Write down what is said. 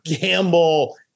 gamble